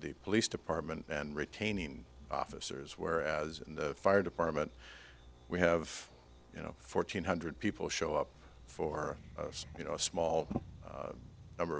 the police department and retaining officers where as in the fire department we have you know fourteen hundred people show up for you know a small number